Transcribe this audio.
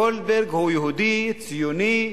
גולדברג הוא יהודי ציוני,